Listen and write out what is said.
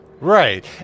Right